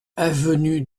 avenue